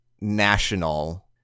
national